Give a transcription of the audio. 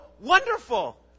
wonderful